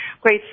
great